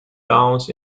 towns